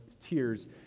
tears